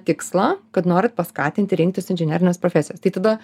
tikslą kad norint paskatinti rinktis inžinerines profesijas tai tada